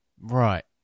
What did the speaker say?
Right